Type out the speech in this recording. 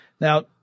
Now